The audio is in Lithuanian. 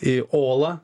į olą